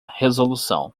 resolução